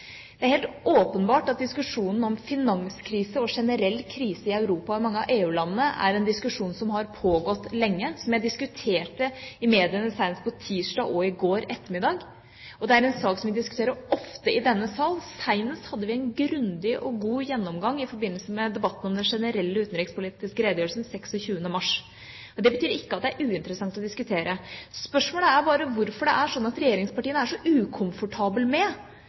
Det er helt åpenbart at diskusjonen om finanskrise og generell krise i Europa og i mange av EU-landene er en diskusjon som har pågått lenge, og som jeg diskuterte i mediene senest på tirsdag og i går ettermiddag. Og det er en sak som vi diskuterer ofte i denne sal. Senest hadde vi en grundig og god gjennomgang i forbindelse med debatten om den generelle utenrikspolitiske redegjørelsen 26. mars. Det betyr ikke at det er uinteressant å diskutere. Spørsmålet er bare hvorfor det er sånn at regjeringspartiene er så ukomfortable med